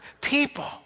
people